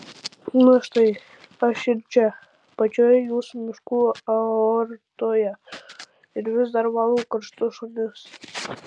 na štai aš ir čia pačioje jūsų miškų aortoje ir vis dar valgau karštus šunis